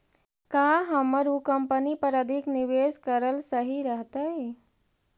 का हमर उ कंपनी पर अधिक निवेश करल सही रहतई?